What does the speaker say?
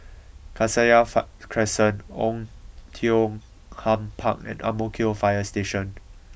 Cassia fine Crescent Oei Tiong Ham Park and Ang Mo Kio Fire Station